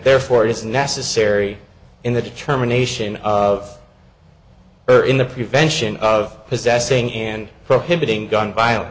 therefore it is necessary in the determination of or in the prevention of possessing and prohibiting gun violence